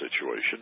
situation